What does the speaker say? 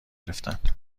گرفتند